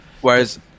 Whereas